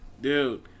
dude